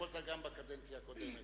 יכולת גם בקדנציה הקודמת.